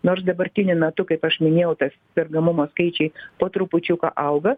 nors dabartiniu metu kaip aš minėjau tas sergamumo skaičiai po trupučiuką auga